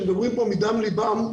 שמדברים פה מדם ליבם,